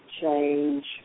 change